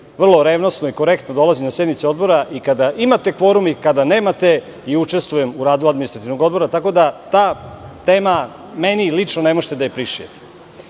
vrlo revnosno i korektno dolazi na sednice Odbora i kada imate kvorum i kada nemate i učestvujem u radu Administrativnog odbora, tako da tu temu meni lično ne možete da prišijete. Što